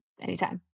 Anytime